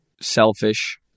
selfish